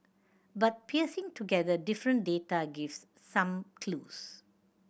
but piecing together different data gives some clues